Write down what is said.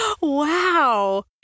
Wow